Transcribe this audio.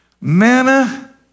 manna